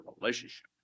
relationship